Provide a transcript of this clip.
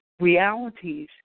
realities